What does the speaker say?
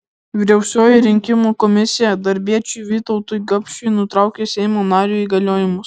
vyriausioji rinkimų komisija darbiečiui vytautui gapšiui nutraukė seimo nario įgaliojimus